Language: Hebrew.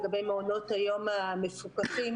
לגבי מעונות היום המפוקחים.